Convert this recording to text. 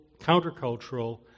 countercultural